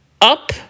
up